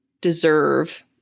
deserve